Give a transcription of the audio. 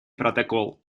протокол